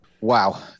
Wow